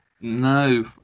No